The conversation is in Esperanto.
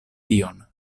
tion